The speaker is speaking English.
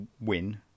win